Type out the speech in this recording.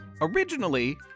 originally